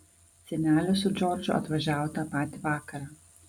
senelė su džordžu atvažiavo tą patį vakarą